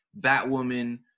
Batwoman